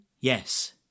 Yes